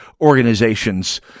organizations